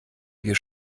wir